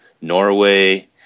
Norway